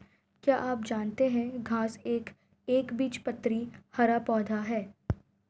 क्या आप जानते है घांस एक एकबीजपत्री हरा पौधा है?